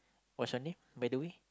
what's your name by the way